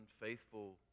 unfaithful